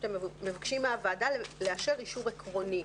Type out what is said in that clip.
שאתם מבקשים מהוועדה לאשר אישור עקרוני.